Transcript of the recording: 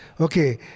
Okay